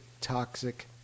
toxic